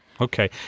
Okay